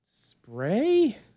spray